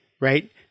right